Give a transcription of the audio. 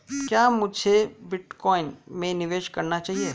क्या मुझे बिटकॉइन में निवेश करना चाहिए?